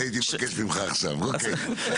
אוקיי.